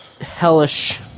hellish